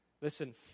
listen